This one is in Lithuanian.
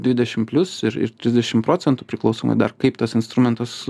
dvidešim plius ir ir trisdešim procentų priklausomai dar kaip tas instrumentas